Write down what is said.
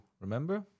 remember